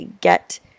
get